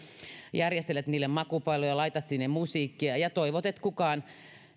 järjestelet niille makupaloja laitat sinne musiikkia ja toivot että kukaan